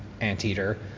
anteater